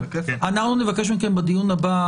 אנחנו נבקש מכם בדיון הבא